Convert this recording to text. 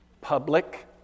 public